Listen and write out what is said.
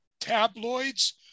tabloids